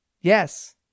yes